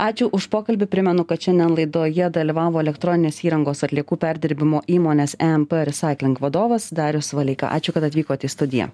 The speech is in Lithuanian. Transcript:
ačiū už pokalbį primenu kad šiandien laidoje dalyvavo elektroninės įrangos atliekų perdirbimo įmonės emp risaiklink vadovas darius valeika ačiū kad atvykot į studiją